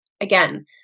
Again